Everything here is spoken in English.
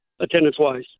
attendance-wise